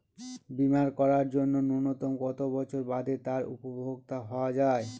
বীমা করার জন্য ন্যুনতম কত বছর বাদে তার উপভোক্তা হওয়া য়ায়?